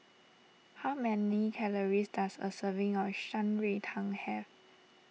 how many calories does a serving of Shan Rui Tang have